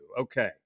Okay